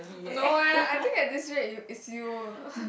no eh I think at this rate is~ is you